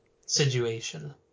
situation